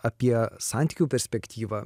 apie santykių perspektyvą